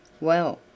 Well